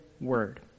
word